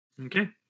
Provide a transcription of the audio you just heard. Okay